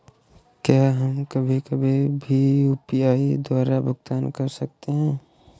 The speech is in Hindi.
क्या हम कभी कभी भी यू.पी.आई द्वारा भुगतान कर सकते हैं?